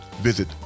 visit